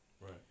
Right